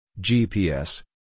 GPS